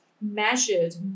measured